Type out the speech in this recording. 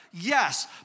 Yes